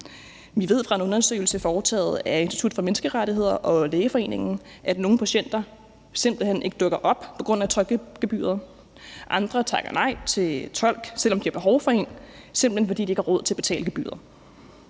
Vi ved fra en undersøgelse foretaget af Institut for Menneskerettigheder og Lægeforeningen, at nogle patienter simpelt hen ikke dukker op på grund af tolkegebyret, og at andre takker nej til en tolk, selv om de har behov for en, simpelt hen fordi de ikke har råd til at betale gebyret.